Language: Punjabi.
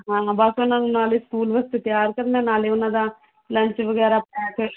ਹਾਂ ਬਸ ਇਹਨਾਂ ਨੂੰ ਨਾਲੇ ਸਕੂਲ ਵਾਸਤੇ ਤਿਆਰ ਕਰਨਾ ਨਾਲੇ ਉਹਨਾਂ ਦਾ ਲੰਚ ਵਗੈਰਾ ਪੈਕ